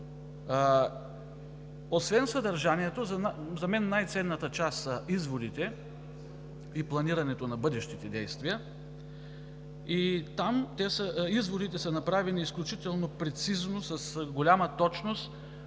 Освен съдържанието, за мен най-ценната част са изводите и планирането на бъдещите действия. Там изводите са направени изключително прецизно, с голяма точност,